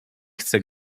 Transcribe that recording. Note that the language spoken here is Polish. chcę